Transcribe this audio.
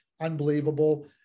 unbelievable